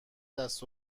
دست